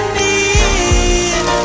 need